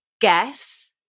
guess